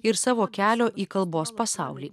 ir savo kelio į kalbos pasaulį